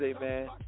man